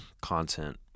content